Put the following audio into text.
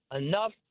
Enough